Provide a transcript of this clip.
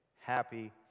happy